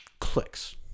clicks